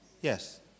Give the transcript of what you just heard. Yes